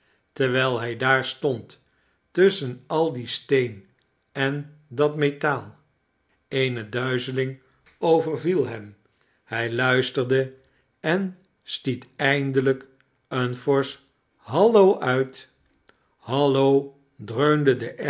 terwijl liij daar stond tusschen al men steen en dat rnetaal ene duizeling overviel hem hij luisterde en stiet eindelijk eein forsch hallo uit hallo dreunden